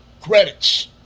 credits